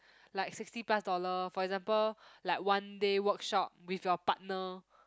like sixty plus dollar for example like one day workshop with your partner